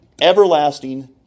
Everlasting